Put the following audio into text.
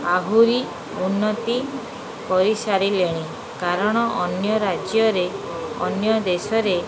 ଆହୁରି ଉନ୍ନତି କରିସାରିଲେଣି କାରଣ ଅନ୍ୟ ରାଜ୍ୟରେ ଅନ୍ୟ ଦେଶରେ